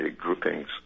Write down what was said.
groupings